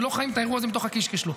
ולא חיים את האירוע הזה מתוך הקישקע שלו.